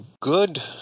good